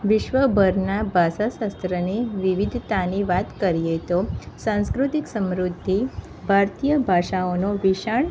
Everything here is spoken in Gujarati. વિશ્વ ભરના ભાષા શાસ્ત્રની વિવિધતાની વાત કરીએ તો સાંસ્કૃતિક સમૃદ્ધિ ભારતીય ભાષાઓનો વિશાળ